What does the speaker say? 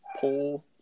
pull